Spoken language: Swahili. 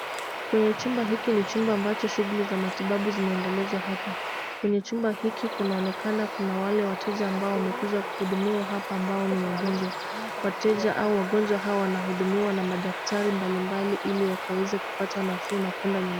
Kwenye chumba hiki ni chumba ambacho shughuli za matibabu zinaendelezwa hapa. Kwenye chumba hiki kunaonekana kuna wale wateja ambao wamekuja kuhudumiwa hapa ambao ni wagonjwa. Wateja au wagonjwa hawa wanahudumiwa na madaktari mbali mbali ili wakaweze kupata nafuu na kwenda nyumbani.